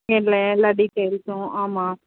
எல்லா எல்லா டீட்டெய்ல்ஸும் ஆமாம்